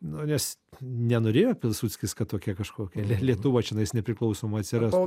nu nes nenorėjo pinsuckis kad tokia kažkokia ne lietuva čianais nepriklausoma atsirastų